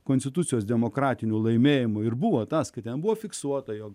konstitucijos demokratinių laimėjimų ir buvo tas kad ten buvo fiksuota jog